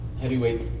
heavyweight